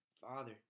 Father